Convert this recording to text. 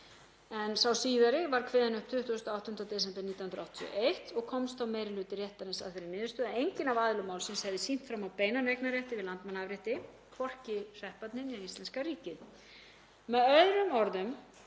en sá síðari var kveðinn upp 28. desember 1981 og komst meiri hluti réttarins að þeirri niðurstöðu að enginn af aðilum málsins hefði sýnt fram á beinan eignarrétt yfir Landmannaafrétti, hvorki hrepparnir né íslenska ríkið.